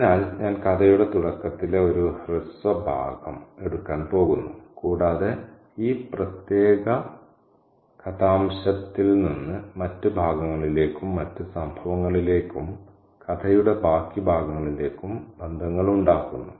അതിനാൽ ഞാൻ കഥയുടെ തുടക്കത്തിൽ ഒരു ഹ്രസ്വ ഭാഗം എടുക്കാൻ പോകുന്നു കൂടാതെ ഈ പ്രത്യേക കഥാംശത്തിൽനിന്ന് മറ്റ് ഭാഗങ്ങളിലേക്കും മറ്റ് സംഭവങ്ങളിലേക്കും കഥയുടെ ബാക്കി ഭാഗങ്ങളിലേക്കും ബന്ധങ്ങൾ ഉണ്ടാക്കുന്നു